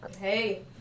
Hey